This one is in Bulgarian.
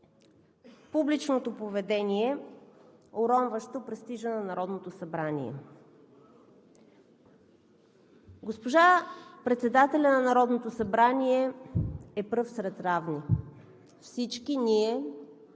публичното поведение, уронващо престижа на Народното събрание. Госпожа председателят на Народното събрание е пръв сред равни. Всички ние